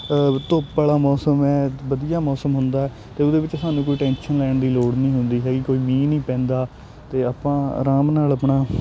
ਧੁੱਪ ਵਾਲਾ ਮੌਸਮ ਹੈ ਵਧੀਆ ਮੌਸਮ ਹੁੰਦਾ ਅਤੇ ਉਹਦੇ ਵਿੱਚ ਸਾਨੂੰ ਕੋਈ ਟੈਨਸ਼ਨ ਲੈਣ ਦੀ ਲੋੜ ਨਹੀਂ ਹੁੰਦੀ ਹੈਗੀ ਕੋਈ ਮੀਂਹ ਨਹੀਂ ਪੈਂਦਾ ਅਤੇ ਆਪਾਂ ਅਰਾਮ ਨਾਲ ਆਪਣਾ